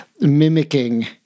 mimicking